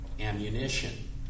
ammunition